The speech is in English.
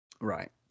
Right